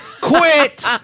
quit